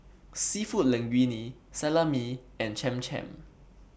Seafood Linguine Salami and Cham Cham